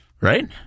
Right